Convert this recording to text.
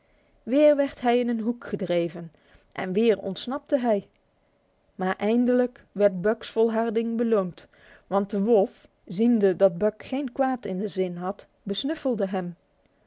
weer werd hij in een hoek gedreven en weer ontsnapte hij maar eindelijk werd buck's volharding beloond want de wolf ziende dat buck geen kwaad in de zin had besnuffelde hem